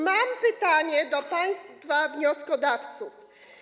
Mam pytanie do państwa wnioskodawców.